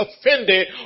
offended